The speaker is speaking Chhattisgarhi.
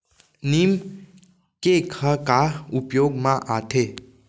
नीम केक ह का उपयोग मा आथे?